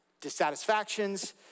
dissatisfactions